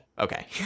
Okay